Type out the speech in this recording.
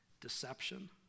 Deception